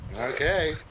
Okay